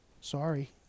sorry